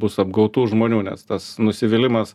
bus apgautų žmonių nes tas nusivylimas